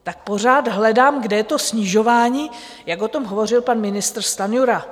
Tak pořád hledám, kde je to snižování, jak o tom hovořil pan ministr Stanjura.